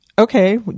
okay